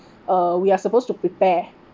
uh we are supposed to prepare